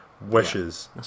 Wishes